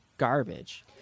garbage